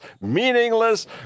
meaningless